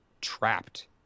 trapped